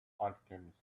alchemist